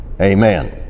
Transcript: amen